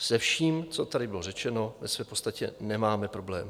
Se vším, co tady bylo řečeno, v podstatě nemáme problém.